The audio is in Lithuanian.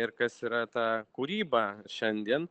ir kas yra ta kūryba šiandien